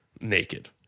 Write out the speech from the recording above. Naked